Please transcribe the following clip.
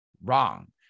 wrong